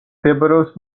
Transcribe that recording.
მდებარეობს